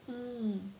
um